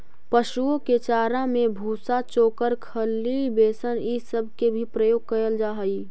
पशुओं के चारा में भूसा, चोकर, खली, बेसन ई सब के भी प्रयोग कयल जा हई